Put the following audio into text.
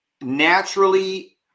naturally